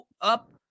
up